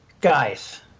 guys